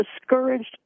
discouraged